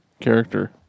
character